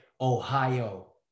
Ohio